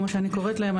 כמו שאני קוראת להם,